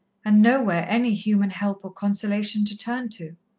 and nowhere any human help or consolation to turn to.